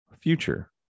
future